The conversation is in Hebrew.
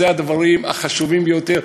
אלה הדברים החשובים ביותר.